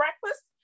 breakfast